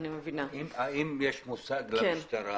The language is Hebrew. האם יש מושג למשטרה